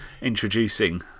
introducing